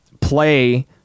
play